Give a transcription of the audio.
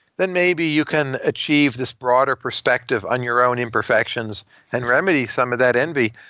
then maybe you can achieve this broader perspective on your own imperfections and remedy some of that envy.